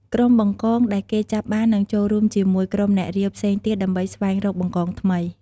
ក្រុមបង្កងដែលគេចាប់បាននឹងចូលរួមជាមួយក្រុម អ្នករាវ ផ្សេងទៀត ដើម្បីស្វែងរក បង្កងថ្មី។